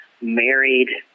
married